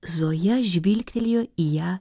zoja žvilgtelėjo į ją